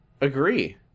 agree